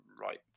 right